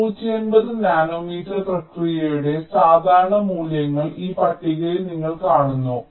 ഈ 180 നാനോമീറ്റർ പ്രക്രിയയുടെ സാധാരണ മൂല്യങ്ങൾ ഈ പട്ടികയിൽ നിങ്ങൾ കാണുന്നു